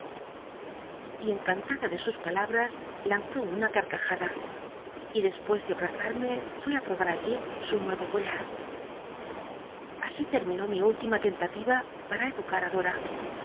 y encantada de sns palabras lanzó una arcajada y dcspucs dn ab azn mc fué oí probar ü jip su nuevo collar así terminó mi illtima lcnlali'a para edu ca